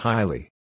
Highly